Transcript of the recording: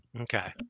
Okay